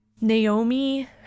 Naomi